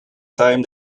time